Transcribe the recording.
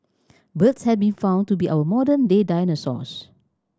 birds have been found to be our modern day dinosaurs